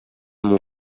mon